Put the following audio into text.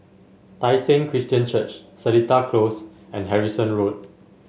Tai Seng Christian Church Seletar Close and Harrison Road